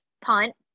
punt